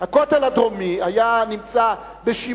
הכותל הדרומי היה בשיממונו,